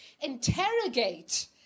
interrogate